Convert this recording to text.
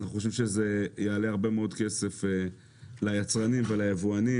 אנחנו חושבים שזה יעלה הרבה מאוד כסף ליצרנים וליבואנים